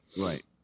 Right